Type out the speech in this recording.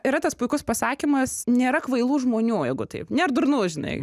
yra tas puikus pasakymas nėra kvailų žmonių jeigu taip nėr durnų žinai